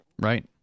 Right